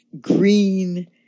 green